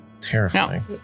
terrifying